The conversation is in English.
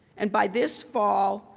and by this fall,